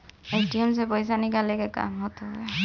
ATM से पईसा निकाले के काम होत हवे